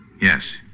Yes